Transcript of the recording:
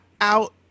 out